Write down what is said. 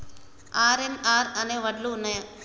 RNR అనే వడ్లు ఉన్నయా?